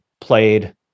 played